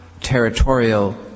territorial